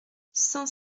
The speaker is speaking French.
cent